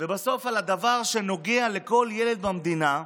ובסוף בדבר שנוגע לכל ילד במדינה,